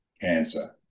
cancer